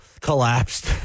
collapsed